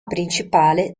principale